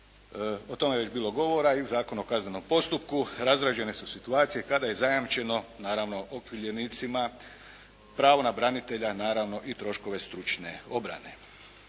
O tome je već bilo govora i u Zakonu o kaznenom postupku, razrađene su situacije kada je zajamčeno, naravno okrivljenicima pravo na branitelja, naravno i troškove stručne obrane.